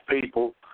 people –